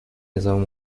نظام